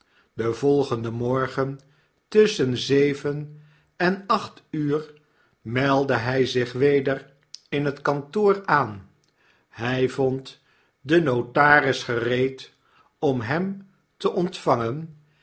den volgenden morgen tusschen zeven en acht uur meldde hy zich weder in het kantoor aan hy vond den notaris gereed om hem te ontvangen